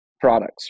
products